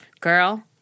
Girl